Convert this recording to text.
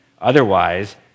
Otherwise